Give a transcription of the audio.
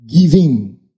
giving